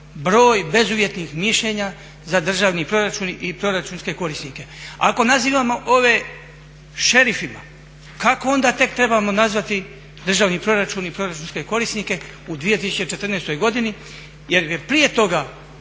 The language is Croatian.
broj bezuvjetnih mišljenja za državni proračun i proračunske korisnike. Ako nazivamo ove šerifima kako onda tek trebamo nazvati državni proračun i proračunske korisnike u 2014. godini jer je prije toga